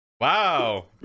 Wow